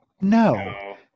No